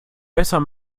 besser